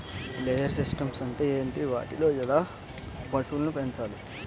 Layer systems అంటే ఏంటి? వాటిలో ఎలా పశువులను పెంచాలి?